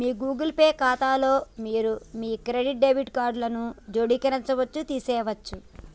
మీ Google Pay ఖాతాలో మీరు మీ క్రెడిట్, డెబిట్ కార్డులను జోడించవచ్చు, తీసివేయచ్చు